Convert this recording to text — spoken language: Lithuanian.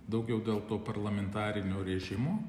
daugiau dėl to parlamentarinio režimo